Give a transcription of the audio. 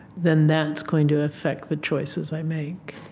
then that's going to affect the choices i make.